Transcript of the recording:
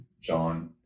John